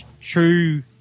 true